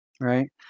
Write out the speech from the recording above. right